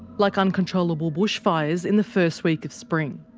like uncontrollable bushfires in the first week of spring.